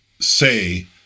say